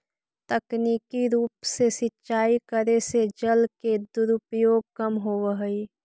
तकनीकी रूप से सिंचाई करे से जल के दुरुपयोग कम होवऽ हइ